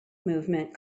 movement